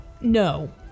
No